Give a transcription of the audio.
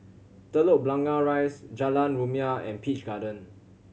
Telok Blangah Rise Jalan Rumia and Peach Garden